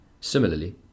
Similarly